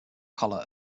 collar